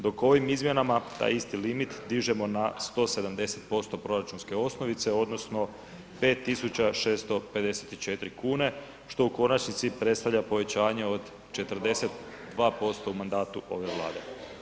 Dok ovim izmjenama taj isti limit dižemo na 170% proračunske osnovice odnosno 5.654 kune što u konačnici predstavlja povećanje od 42% u mandatu ove Vlade.